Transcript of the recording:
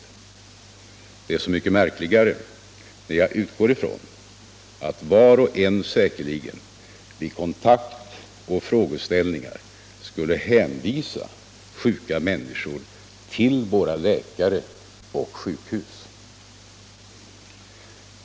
Det är så mycket märkligare när jag utgår ifrån att var och en säkerligen vid kontakt och förfrågningar skulle hänvisa sjuka människor till våra läkare och sjukhus.